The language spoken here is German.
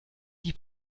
die